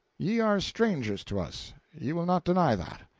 ye are strangers to us ye will not deny that.